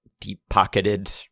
deep-pocketed